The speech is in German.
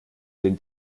den